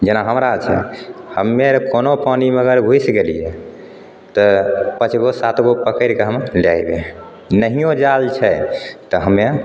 जेना हमरा छै हमे आर कोनो पानिमे अगर घुसि गेलिए तऽ पाँच गो सात गो पकड़िके हमे लै एबै नहिओ जाल छै तऽ हमे